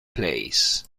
plays